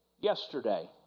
yesterday